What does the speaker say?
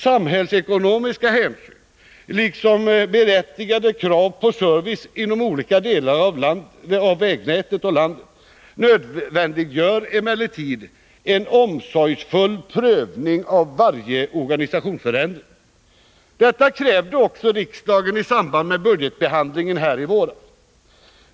Samhällsekonomiska hänsyn liksom berättigade krav på service inom olika delar av vägnätet nödvändiggör emellertid en omsorgsfull prövning av varje organisationsförändring. Detta krävde också riksdagen i samband med budgetbehandlingen i våras.